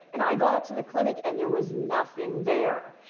and i got to the clinic, and there was nothing there.